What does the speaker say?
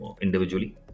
individually